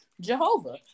Jehovah